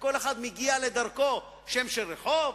כשכל אחד מגיע לדרכו, שם של רחוב?